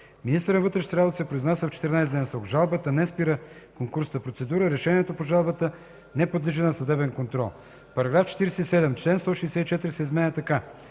Министърът на вътрешните работи се произнася в 14-дневен срок. Жалбата не спира конкурсната процедура. Решението по жалбата не подлежи на съдебен контрол.” § 47. Член 164 се изменя така: